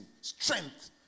strength